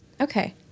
Okay